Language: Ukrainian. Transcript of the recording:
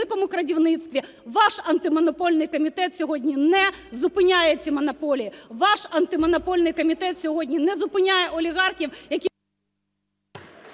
"великому крадівництві". Ваш Антимонопольний комітет сьогодні не зупиняє ці монополії. Ваш Антимонопольний комітет сьогодні не зупиняє олігархів, які…